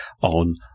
on